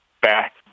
back